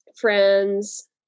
friends